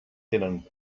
tenen